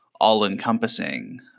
all-encompassing